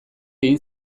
egin